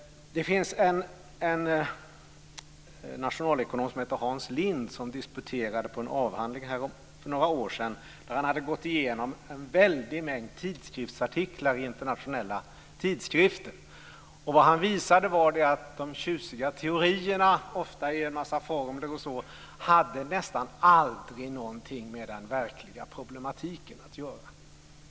Det finns en nationalekonom som heter Hans Lind, som disputerade på en avhandling för några år sedan där han hade gått igenom en väldig mängd tidskriftsartiklar i internationella tidskrifter. Vad han visade var att de tjusiga teorierna ofta är en massa formler och nästan aldrig hade någonting med den verkliga problematiken att göra.